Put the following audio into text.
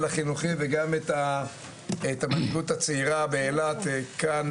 החינוכי וגם את המנהיגות הצעירה באילת כאן,